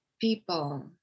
people